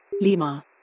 Lima